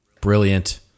Brilliant